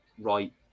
right